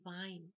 divine